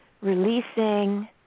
releasing